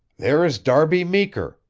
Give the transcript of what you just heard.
there is darby meeker,